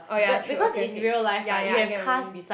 oh ya true okay okay ya ya I get what you mean